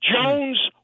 Jones-